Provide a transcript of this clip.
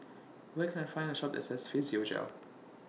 Where Can I Find A Shop that sells Physiogel